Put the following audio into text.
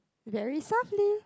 very softly